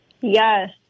yes